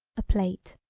a plate.